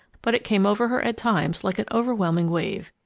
but it came over her at times like an overwhelming wave,